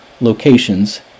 locations